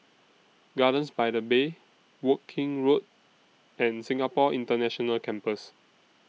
Gardens By The Bay Woking Road and Singapore International Campus